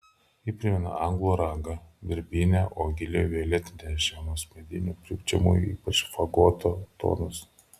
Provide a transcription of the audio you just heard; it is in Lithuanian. ji primena anglų ragą birbynę o gili violetinė žemus medinių pučiamųjų ypač fagoto tonus